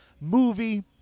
movie